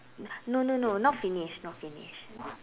no no no not finished not finished